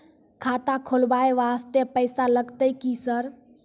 खाता खोलबाय वास्ते पैसो लगते की सर?